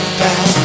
back